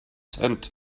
tent